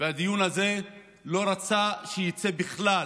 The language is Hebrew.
והדיון הזה, הוא לא רצה שיצא בכלל